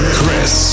Chris